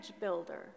builder